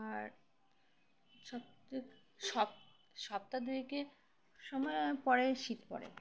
আর সপে সপ সপ্তাহ দুয়েক সময় পরে শীত পড়ে